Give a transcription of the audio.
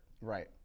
Right